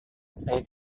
saya